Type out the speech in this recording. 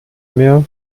mehr